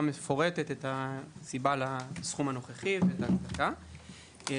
מפורטת את הסיבה לסכום הנוכחי ---.